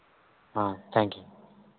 thank you